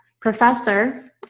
professor